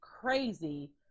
crazy